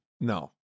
no